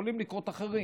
יכולים לקרות אחרים.